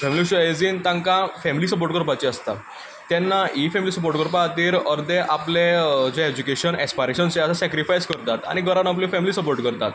family issue as in तांकां family support करपाची आसता तेन्ना ही फेमिली सपोर्ट करपा खातीर अर्दे आपलें जें एज्युकेशन एस्पायरेशन्स जे आसा सेक्रिफायस करतात आनी घरांत आपली फेमिली सपोर्ट करतात